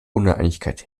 uneinigkeit